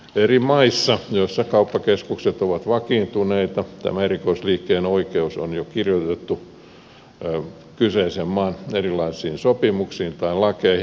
eri maissa joissa kauppakeskukset ovat vakiintuneita tämä erikoisliikkeen oikeus on jo kirjoitettu kyseisen maan erilaisiin sopimuksiin tai lakeihin